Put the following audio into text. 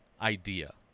idea